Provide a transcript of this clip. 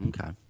Okay